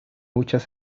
muchas